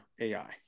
AI